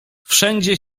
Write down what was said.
wszędzie